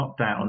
Lockdown